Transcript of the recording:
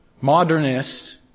modernist